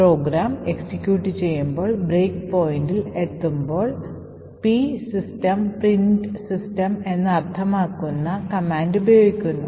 programme execute ചെയ്യുമ്പോൾ break പോയിൻറ്ൽ എത്തുമ്പോൾ p system പ്രിന്റ് സിസ്റ്റം എന്ന് അർത്ഥമാക്കുന്ന കമാൻഡ് ഉപയോഗിക്കുന്നു